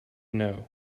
know